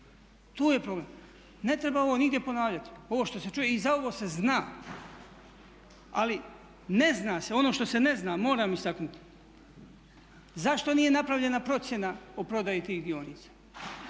Tu je problem. Ne treba ovo nigdje ponavljati. Ovo što se čuje i za ovo se zna, ali ne zna se, ono što se ne zna moram istaknuti. Zašto nije napravljena procjena o prodaji tih dionica?